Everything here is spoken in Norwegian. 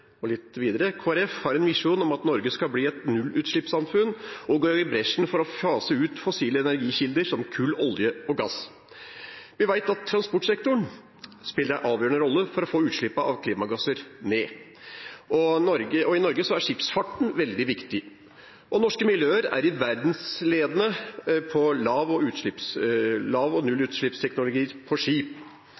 Og litt videre: «KrF har en visjon om at Norge skal bli et nullutslippssamfunn og gå i bresjen for å fase ut fossile energikilder som kull, olje og gass». Vi vet at transportsektoren spiller en avgjørende rolle for å få utslippene av klimagasser ned, og i Norge er skipsfarten veldig viktig. Norske miljøer er verdensledende på lav- og nullutslippsteknologi på skip.